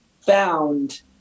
found